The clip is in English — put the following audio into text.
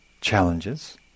challenges